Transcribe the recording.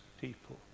people